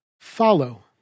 follow